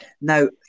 Now